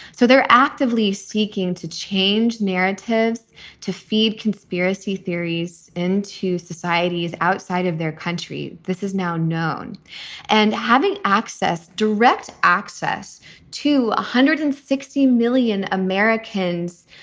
so they're actively seeking to change narratives to feed conspiracy theories into societies outside of their country. this is now known and having access direct access to one hundred and sixty million americans,